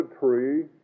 tree